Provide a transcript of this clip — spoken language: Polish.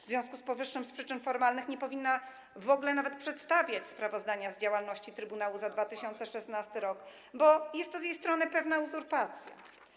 W związku z powyższym z przyczyn formalnych nie powinna w ogóle nawet przedstawiać sprawozdania z działalności trybunału za 2016 r., bo jest to z jej strony pewna uzurpacja.